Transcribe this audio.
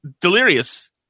delirious